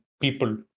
people